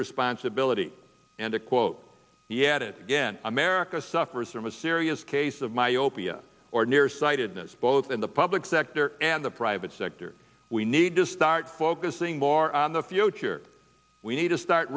irresponsibility and to quote the at it again america suffers from a serious case of myopia or near sightedness both in the public sector and the private sector we need to start focusing more on the future we need to start